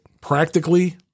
Practically